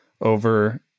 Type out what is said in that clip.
over